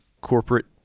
corporate